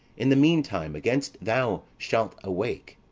in the mean time, against thou shalt awake,